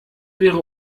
wäre